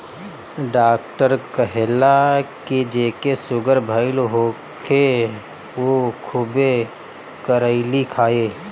doctor कहेला की जेके सुगर भईल होखे उ खुबे करइली खाए